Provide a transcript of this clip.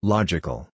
Logical